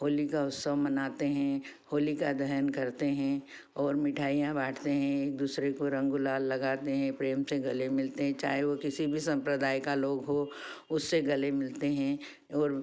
होली का उत्सव मनाते हैं होलिका दहन करते हैं और मिठाइयाँ बाँटते हैं एक दूसरे को रंग गुलाल लगाते हैं प्रेम से गले मिलते हैं चाहे वह किसी भी संप्रदाय का लोग हो उससे गले मिलते है और